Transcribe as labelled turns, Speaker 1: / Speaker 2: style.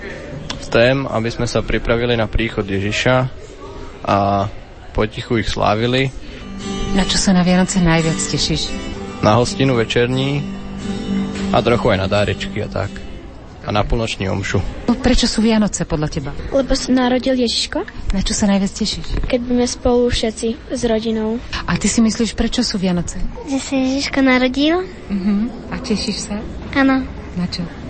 Speaker 1: V tom, aby sme sa pripravili na príchod Ježiša a potichu ich slávili.
Speaker 2: Na čo sa na Vianoce najviac tešíš?
Speaker 1: Na hostinu večerní a trochu aj na dárečky a tak. A na polnoční omšu.
Speaker 2: No, prečo sú Vianoce podľa teba?
Speaker 3: Lebo sa narodil Ježiško.
Speaker 2: Na čo sa najviac tešíš?
Speaker 3: Keď budeme spolu všetci s rodinou.
Speaker 2: A ty si myslíš, prečo sú Vianoce?
Speaker 4: Že sa Ježiško narodil.
Speaker 2: Mhm. A tešíš sa?
Speaker 4: Áno.
Speaker 2: Na čo?